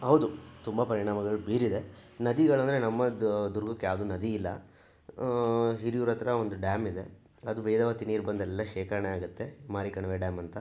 ಹೌದು ತುಂಬ ಪರಿಣಾಮಗಳು ಬೀರಿದೆ ನದಿಗಳಂದ್ರೆ ನಮ್ಮದು ದುರ್ಗಕ್ಕೆ ಯಾವ್ದೂ ನದಿ ಇಲ್ಲ ಹಿರಿಯೂರತ್ರ ಒಂದು ಡ್ಯಾಮ್ ಇದೆ ಅದು ವೇದವತಿ ನೀರು ಬಂದೆಲ್ಲ ಶೇಖರಣೆ ಆಗುತ್ತೆ ಮಾರಿಕಣಿವೆ ಡ್ಯಾಮ್ ಅಂತ